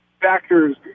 factors